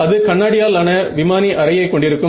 அது கண்ணாடியாலான விமானி அறையை கொண்டிருக்கும்